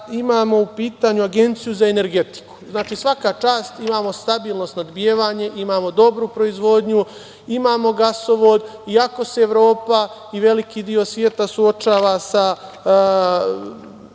imamo u pitanju Agenciju za energetiku. Znači, svaka čast, imamo stabilno snabdevanje, imamo dobru proizvodnju, imamo gasovod, iako se Evropa i velike deo sveta suočava sa